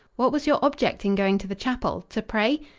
what was your object in going to the chapel? to pray?